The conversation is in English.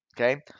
okay